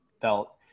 felt